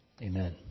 amen